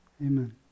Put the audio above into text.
Amen